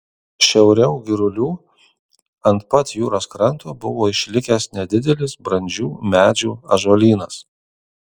šiauriau girulių ant pat jūros kranto buvo išlikęs nedidelis brandžių medžių ąžuolynas